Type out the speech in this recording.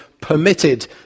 permitted